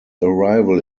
arrival